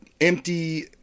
empty